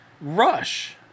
Rush